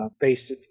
based